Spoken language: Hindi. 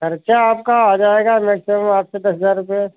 खर्चा आपका आ जाएगा मैक्सिमम आठ से दस हजार रुपये